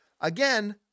Again